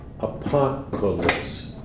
Apocalypse